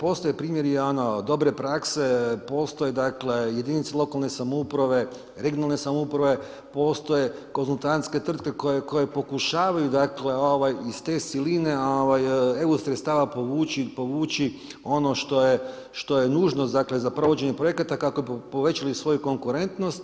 Postoje primjeri dobre prakse, postoje dakle, jedinice lokalne samouprave, regionalne samouprave, postoje konzultantske tvrtke koje pokušavaju iz te siline EU sredstava povući ono što je nužno za provođenje projekata kako bi povećali svoju konkurentnost.